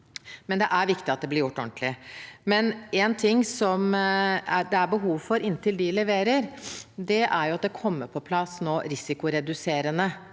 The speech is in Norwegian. det er viktig at det blir gjort ordentlig. Noe det er behov for inntil utvalget leverer, er at det nå kommer på plass risikoreduserende